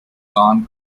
corn